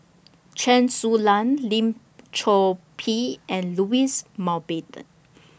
Chen Su Lan Lim Chor Pee and Louis Mountbatten